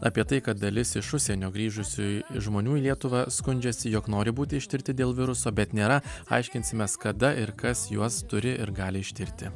apie tai kad dalis iš užsienio grįžusių žmonių į lietuvą skundžiasi jog nori būti ištirti dėl viruso bet nėra aiškinsimės kada ir kas juos turi ir gali ištirti